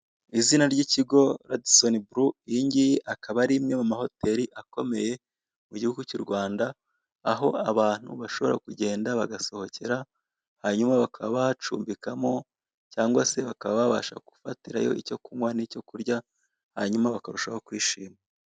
Izina ry'ikigo Radisoni buru. Iyingiyi akaba ari imwe muma hoteri akomeye muguhugu cy'urwanda, aho abantu bashobora kugenda bagasohokera, hanyuma bakaba bacumbikamo cyangwa se bakaba babasha gufatirayo icyo kunywa n'icyo kurya hanyuma bakarushaho kwishima.